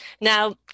Now